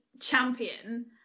champion